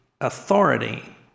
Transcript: authority